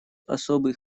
особый